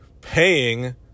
paying